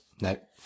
No